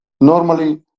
normally